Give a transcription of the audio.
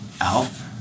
ALF